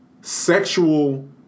Sexual